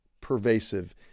pervasive